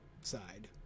side